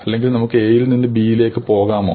അല്ലെങ്കിൽ നമുക്ക് A യിൽ നിന്ന് B യിലേക്ക് പോകാമോ